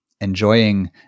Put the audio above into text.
Enjoying